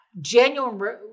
Genuine